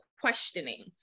questioning